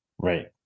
Right